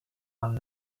van